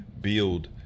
build